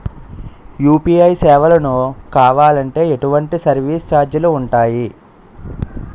UPI సేవలను కావాలి అంటే ఎటువంటి సర్విస్ ఛార్జీలు ఉంటాయి?